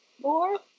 more